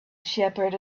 shepherd